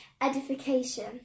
edification